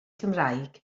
cymraeg